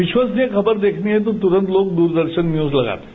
विश्वसनीय खबर देखनी है तो तुरंत लोग दूरदर्शन न्यूज लगाते हैं